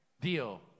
deal